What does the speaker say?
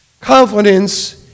Confidence